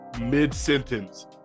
Mid-sentence